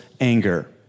anger